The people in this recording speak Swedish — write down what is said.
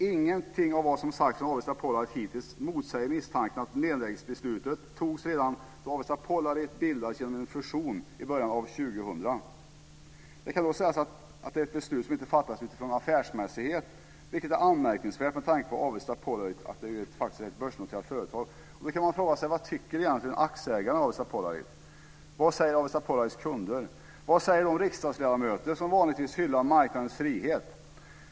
Ingenting av vad som har sagts från Avesta Polarit hittills motsäger misstanken att nedläggningsbeslutet fattades redan då Avesta Polarit bildades genom en fusion i början av 2000. Det kan sägas vara ett beslut som inte fattades utifrån affärsmässighet, vilket är anmärkningsvärt med tanke på att Avesta Polarit är ett börsnoterat företag. Man kan fråga sig: Vad tycker egentligen aktieägarna i Avesta Polarit? Vad säger Avesta Polarits kunder? Vad säger de riksdagsledamöter som vanligtvis hyllar marknadens frihet?